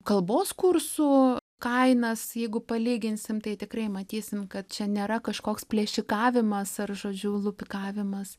kalbos kursų kainas jeigu palyginsim tai tikrai matysim kad čia nėra kažkoks plėšikavimas ar žodžiu lupikavimas